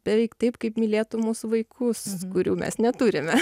beveik taip kaip mylėtų mūsų vaikus kurių mes neturime